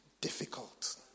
difficult